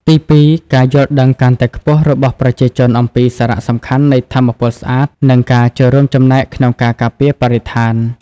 ទីពីរ ការយល់ដឹងកាន់តែខ្ពស់របស់ប្រជាជនអំពីសារៈសំខាន់នៃថាមពលស្អាត និងការចូលរួមចំណែកក្នុងការការពារបរិស្ថាន។